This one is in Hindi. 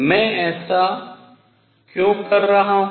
मैं ऐसा क्यों कर रहा हूँ